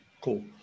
cool